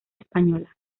española